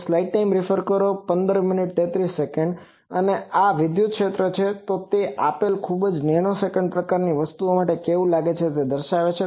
અને આ તે વિદ્યુત ક્ષેત્ર છે કે તે આપેલ ખૂબ નેનોસેકંડ પ્રકારની વસ્તુ માટે કેવું લાગે છે તે દર્શાવે છે